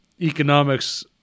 economics